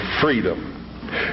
freedom